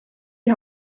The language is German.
die